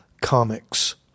comics